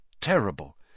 terrible